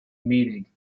meeting